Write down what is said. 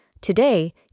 Today